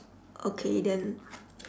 okay then